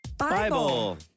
Bible